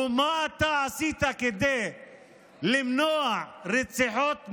הוא מה אתה עשית כדי למנוע רציחות,